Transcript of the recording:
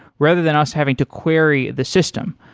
rather than us having to query the system.